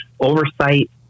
oversight